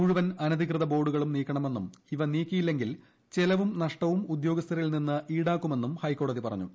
മുഴുവൻ അനധികൃത ബോർഡുകളും നീക്കണമെന്നും ഇവ നീക്കിയില്ലെങ്കിൽ ചെലവും നഷ്ടവും ഉദ്യോഗസ്ഥരിൽ നിന്ന് ഈടാക്കുമെന്നും ഹൈക്കോടതി പറഞ്ഞു